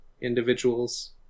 individuals